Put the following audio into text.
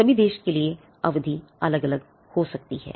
सभी देश के लिए अवधि अलग अलग हो सकती हैं